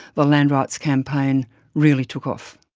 the land rights campaign really took off.